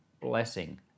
blessing